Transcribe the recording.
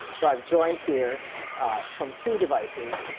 so i'm joined here from two devices.